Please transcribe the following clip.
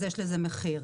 אז יש לזה מחיר,